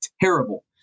terrible